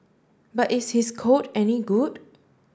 but is his code any good